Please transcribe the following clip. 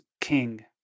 King